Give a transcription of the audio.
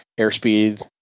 airspeed